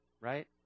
right